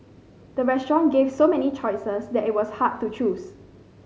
the restaurant gave so many choices that it was hard to choose